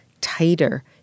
tighter